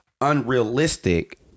unrealistic